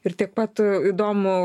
ir tiek pat įdomu